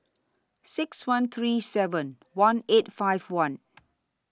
six one three seven one eight five one